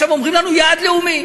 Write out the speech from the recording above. עכשיו אומרים לנו, יעד לאומי.